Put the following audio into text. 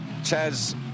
Chaz